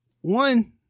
one